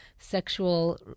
sexual